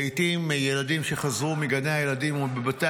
לעיתים ילדים שחזרו מגני הילדים ומבתי